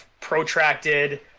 protracted